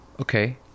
Okay